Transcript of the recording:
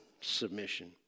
submission